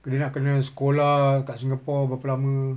kena nak kena sekolah kat singapore berapa lama